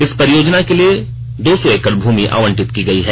इस परियोजना के लिए दो सौ एकड़ भूमि आवंटित की गई है